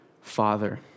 father